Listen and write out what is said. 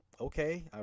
okay